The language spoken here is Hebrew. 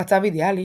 במצב אידיאלי,